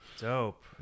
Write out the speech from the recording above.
dope